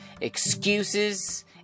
excuses